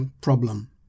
problem